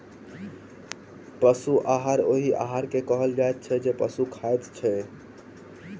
पशु आहार ओहि आहार के कहल जाइत छै जे पशु खाइत छै